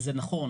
זה נכון,